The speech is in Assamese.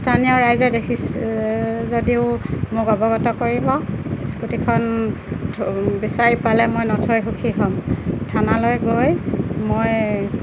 স্থানীয় ৰাইজে দেখিছে যদিও মোক অৱগত কৰিব স্কুটিখন বিচাৰি পালে মই নথৈ সুখী হ'ম থানালৈ গৈ মই